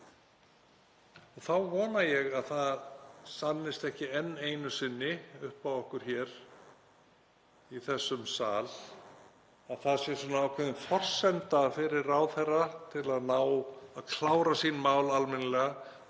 lag. Þá vona ég að það sannist ekki enn einu sinni upp á okkur hér í þessum sal að það sé ákveðin forsenda fyrir ráðherra til að ná að klára sín mál almennilega